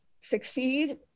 succeed